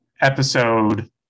episode